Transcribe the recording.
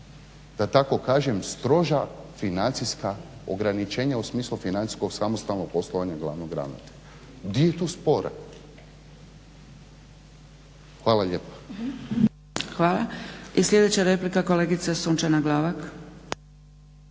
da tako kažem stroža financijska ograničenja u smislu financijskog samostalnog poslovanja glavnog ravnatelja. Di je tu spor? Hvala lijepa. **Zgrebec, Dragica (SDP)** Hvala. I sljedeća replika, kolegica Sunčana Glavak.